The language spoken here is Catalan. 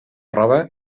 roba